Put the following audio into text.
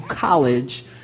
college